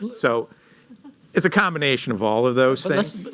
so it's a combination of all of those things.